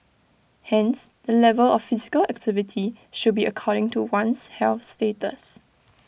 hence the level of physical activity should be according to one's health status